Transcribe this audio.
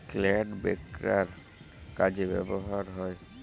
Clod breaker কি কাজে ব্যবহৃত হয়?